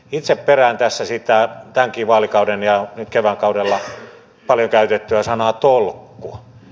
itse perään tässä tälläkin vaalikaudella ja nyt kevätkaudella paljon käytettyä sanaa tolkku